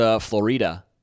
Florida